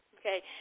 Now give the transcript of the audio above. Okay